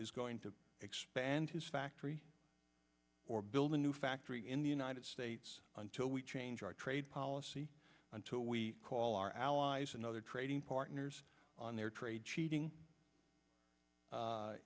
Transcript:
is going to expand his factory or build a new factory in the united states until we change our trade policy until we call our allies and other trading partners on their trade cheating